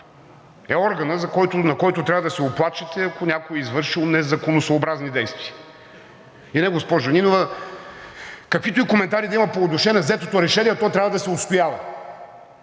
е органът, на който трябва да се оплачете, ако някой е извършил незаконосъобразни действия. И не, госпожо Нинова, каквито и коментари да има по отношение на взетото решение, то трябва да се отстоява!